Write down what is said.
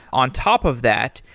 on top of that,